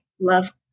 love